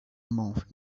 month